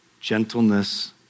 gentleness